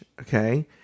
okay